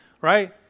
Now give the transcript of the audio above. Right